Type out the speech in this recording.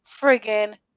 friggin